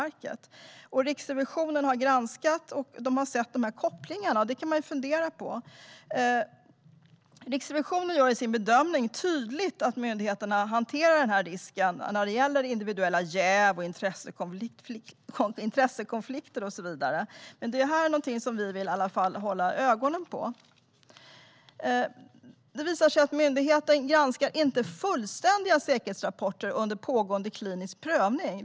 Riksrevisionen har granskat detta och sett kopplingarna. Det kan man fundera på. Riksrevisionen gör i sin bedömning tydligt att myndigheterna hanterar risken när det gäller individuella jäv, intressekonflikter och så vidare. Men detta är någonting som vi vill hålla ögonen på. Det visar sig att myndigheten inte granskar fullständiga säkerhetsrapporter under pågående klinisk prövning.